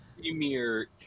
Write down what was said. premier